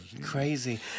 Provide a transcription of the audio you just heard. crazy